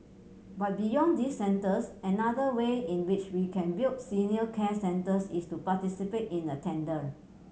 but beyond these centres another way in which we can build senior care centres is to participate in a tender